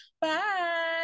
bye